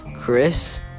Chris